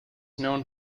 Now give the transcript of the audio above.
known